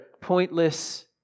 pointless